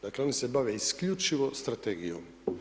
Dakle, oni se bave isključivo strategijom.